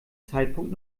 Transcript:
zeitpunkt